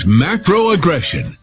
macro-aggression